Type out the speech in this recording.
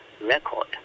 record